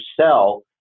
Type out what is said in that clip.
sell